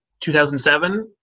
2007